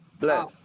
Bless